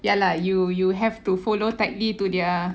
ya lah you you have to follow tightly to their